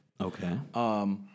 Okay